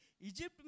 Egypt